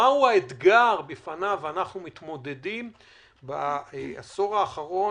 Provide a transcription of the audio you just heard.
מהו האתגר בפניו אנחנו מתמודדים בעשור האחרון